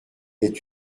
est